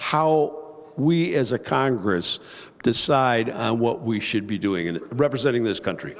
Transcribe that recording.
how we as a congress decide what we should be doing and representing this country